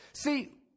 See